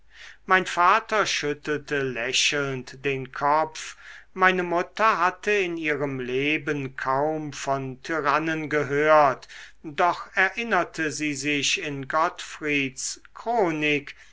mein vater schüttelte lächelnd den kopf meine mutter hatte in ihrem leben kaum von tyrannen gehört doch erinnerte sie sich in gottfrieds chronik